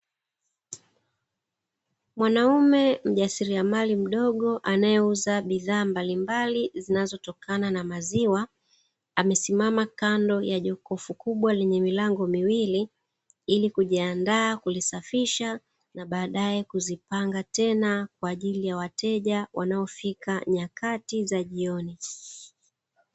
Mwanaume mjasiriamali mdogo anayeuza bidhaa Mbalimbali zinazotokana na maziwa amesimama kando ya jokofu Kubwa lenye milango miwili ili kujiandaa kulisafisha na baadaye kuzipanga tena kwa ajili ya wateja wanaofika nyakati za jioni.